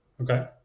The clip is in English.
okay